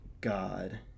God